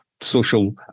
social